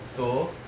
so